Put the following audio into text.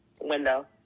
Window